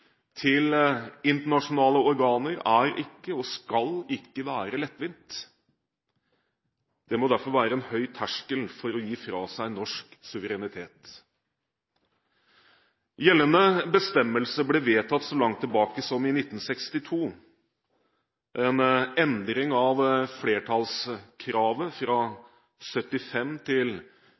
til internasjonale organer er ikke og skal ikke være lettvint. Det må derfor være en høy terskel for å gi fra seg norsk suverenitet. Gjeldende bestemmelse ble vedtatt så langt tilbake som i 1962. En endring av flertallskravet fra 75 til